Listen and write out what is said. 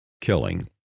killing